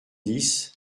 dix